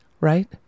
Right